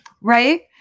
Right